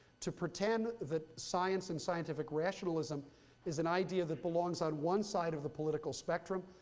to pretend that science and scientific rationalism is an idea that belongs on one side of the political spectrum.